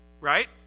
Right